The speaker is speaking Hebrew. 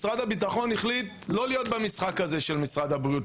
משרד הביטחון החליט לא להיות במשחק הזה של משרד הבריאות,